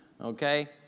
Okay